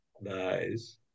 Nice